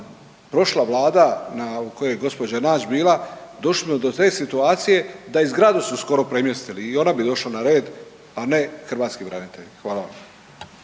Prošla Vlada u kojoj je gospođa Nađ bila došlo je do te situacije da i zgradu su skoro premjestili i ona bi došla na red, a ne hrvatski branitelji. Hvala vam.